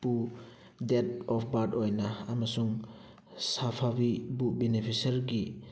ꯄꯨ date of birth ꯑꯣꯏꯅ ꯑꯃꯁꯨꯡ ꯁꯥꯐꯕꯤꯕꯨ ꯕꯦꯅꯤꯐꯤꯁꯔꯒꯤ